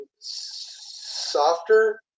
softer